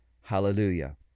Hallelujah